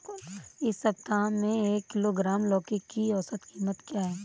इस सप्ताह में एक किलोग्राम लौकी की औसत कीमत क्या है?